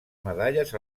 medalles